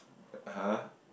(uh huh)